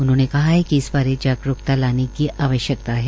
उन्होंनेए कहा है कि इस बारे जागरूकता लाने की आवश्यकता है